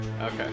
Okay